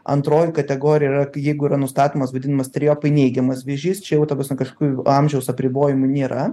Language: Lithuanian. antroji kategorija yra k jeigu yra nustatomas vadinamas trejopai neigiamas vėžys čia jau ta prasme kažkokių amžiaus apribojimų nėra